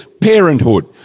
parenthood